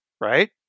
Right